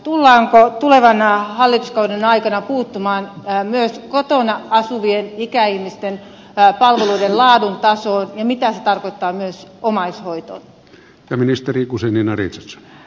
tullaanko tulevan hallituskauden aikana puuttumaan myös kotona asuvien ikäihmisten palveluiden laadun tasoon ja mitä se tarkoittaa myös omaishoitoa ja ministeri kosunen omaishoidossa